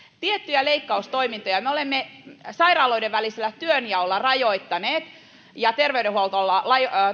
tiettyjä leikkaustoimintoja me olemme sairaaloiden välisellä työnjaolla ja terveydenhuoltolailla